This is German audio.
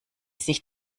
sich